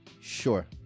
Sure